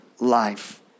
life